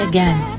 Again